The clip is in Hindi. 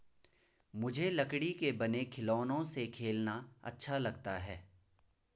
मुझे लकड़ी के बने खिलौनों से खेलना अच्छा लगता है